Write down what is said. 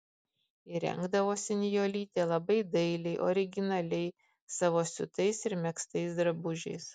ir rengdavosi nijolytė labai dailiai originaliai savo siūtais ir megztais drabužiais